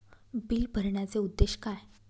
Bill भरण्याचे उद्देश काय?